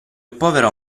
povero